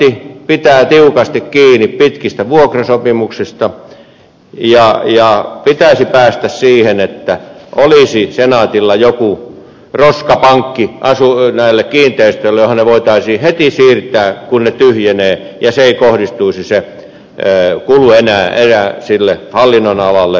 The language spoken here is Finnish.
senaatti pitää tiukasti kiinni pitkistä vuokrasopimuksista ja pitäisi päästä siihen että senaatilla olisi näille kiinteistöille joku roskapankki johon ne voitaisiin heti siirtää kun ne tyhjenevät ja se kulu ei enää kohdistuisi sille hallinnonalalle vaan asia hoidettaisiin muilla toimenpiteillä